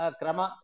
krama